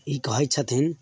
ई कहय छथिन